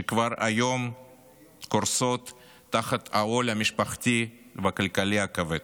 שכבר היום קורסות תחת העול המשפחתי והכלכלי הכבד.